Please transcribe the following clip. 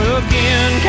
again